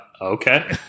Okay